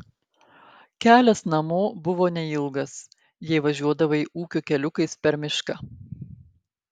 kelias namo buvo neilgas jei važiuodavai ūkio keliukais per mišką